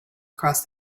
across